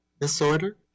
disorder